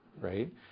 right